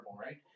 right